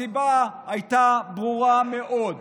הסיבה הייתה ברורה מאוד: